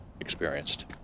experienced